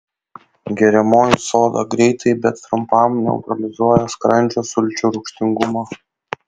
geriamoji soda greitai bet trumpam neutralizuoja skrandžio sulčių rūgštingumą